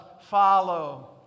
follow